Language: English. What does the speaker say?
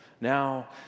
now